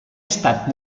estat